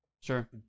sure